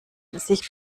sich